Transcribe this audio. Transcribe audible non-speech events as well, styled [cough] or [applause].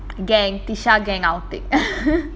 gang tisha gang I'll take [laughs]